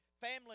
family